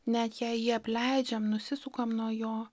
net jei jį apleidžiam nusisukam nuo jo